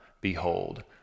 behold